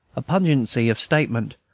a pungency of statement,